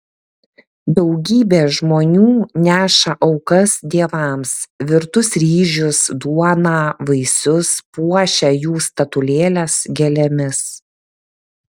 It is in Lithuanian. daugybė žmonių neša aukas dievams virtus ryžius duoną vaisius puošia jų statulėles gėlėmis